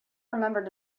remembered